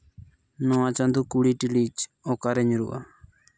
ᱱᱚᱣᱟ ᱪᱟᱸᱫᱚ ᱠᱩᱲᱤ ᱴᱤᱲᱤᱡ ᱚᱠᱟᱨᱮ ᱧᱩᱨᱩᱜᱼᱟ